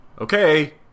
okay